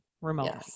remote